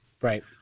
Right